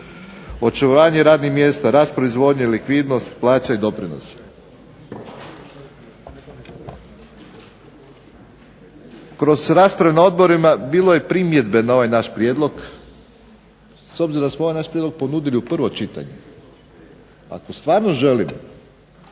očuvanje radnih mjesta, rast proizvodnje, likvidnost plaća i doprinosa. Kroz rasprave na odborima bilo je primjedbe na ovaj naš prijedlog. S obzirom da smo ovaj naš prijedlog ponudili u prvo čitanje ako stvarno želimo